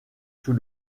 sous